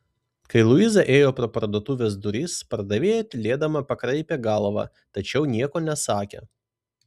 kai luiza ėjo pro parduotuvės duris pardavėja tylėdama pakraipė galvą tačiau nieko nesakė